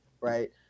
right